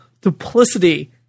Duplicity